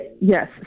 Yes